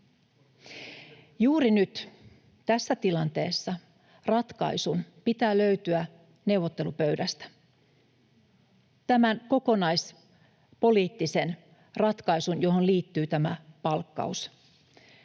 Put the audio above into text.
Juuri nyt, tässä tilanteessa, ratkaisun pitää löytyä neuvottelupöydästä, tämän kokonaispoliittisen ratkaisun, johon liittyy tämä palkkaus.